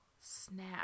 snap